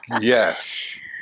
Yes